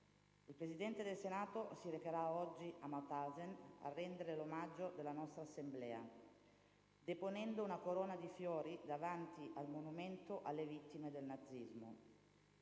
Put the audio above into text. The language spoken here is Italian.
Il Presidente del Senato si recherà oggi a Mauthausen a rendere l'omaggio della nostra Assemblea, deponendo una corona di fiori davanti al monumento alle vittime del nazismo.